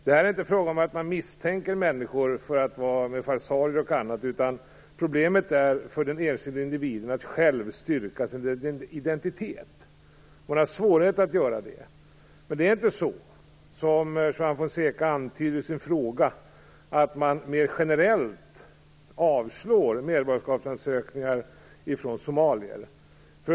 Det är inte fråga om att misstänka människor för falsarier och annat, utan problemet är svårigheterna för den enskilde individen att själv kunna styrka sin identitet. Man har haft svårigheter med att göra det. Men det är inte så, som Juan Fonseca antyder i sin fråga, att man mera generellt avslår medborgarskapsansökningar från somalier.